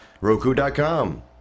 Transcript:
Roku.com